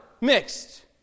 mixed